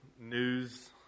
news